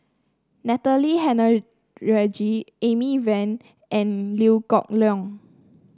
Natalie Amy Van and Liew Geok Leong